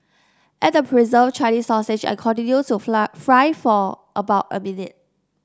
add the preserved Chinese sausage and continue to fly fry for about a minute